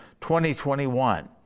2021